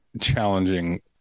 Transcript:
challenging